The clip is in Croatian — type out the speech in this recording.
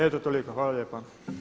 Eto toliko, hvala lijepa.